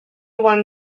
won